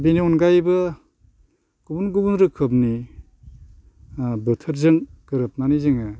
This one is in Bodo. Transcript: बेनि अनगायैबो गुबुन गुबुन रोखोमनि बोथोरजों गोरोबनानै जोङो